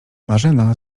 marzena